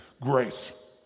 grace